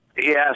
Yes